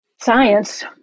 Science